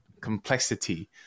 complexity